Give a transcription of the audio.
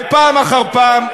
ופעם אחר פעם,